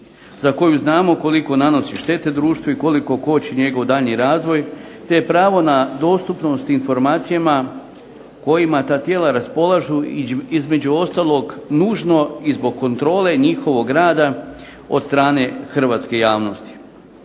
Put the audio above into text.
za koju znamo koliko nanosi štete društvu i koliko koči njegov daljnji razvoj te pravo na dostupnost informacijama kojima ta tijela raspolažu, između ostalog nužno i zbog kontrole njihovog rada od strane hrvatske javnosti.